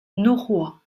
norrois